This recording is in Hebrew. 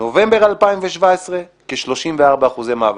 נובמבר 2017, כ-34% מעבר.